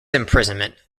imprisonment